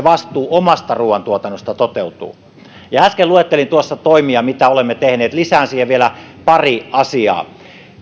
vastuu omasta ruoantuotannostamme toteutuu äsken luettelin tuossa toimia mitä olemme tehneet lisään siihen vielä pari asiaa